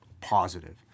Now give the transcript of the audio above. positive